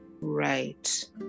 Right